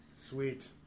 Sweet